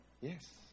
Yes